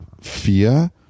fear